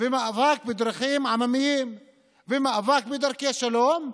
ומאבק בדרכים עממיות ומאבק בדרכי שלום,